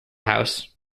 house